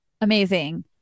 Amazing